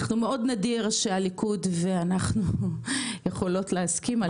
מאוד נדיר שהליכוד ואנחנו יכולות להסכים על משהו.